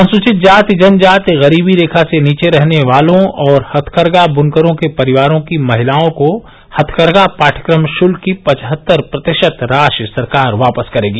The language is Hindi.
अनुसूचित जाति जनजाति गरीबी रेखा से नीचे रहने वालों और हथकरघा बुनकरों के परिवारों की महिलाओं को हथकरघा पाठ्यक्रम शुल्क की पचहत्तर प्रतिशत राशि सरकार वापस करेगी